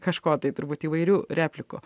kažko tai turbūt įvairių replikų